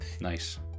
nice